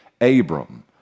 Abram